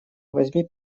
возьми